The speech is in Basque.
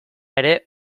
ere